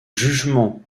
jugement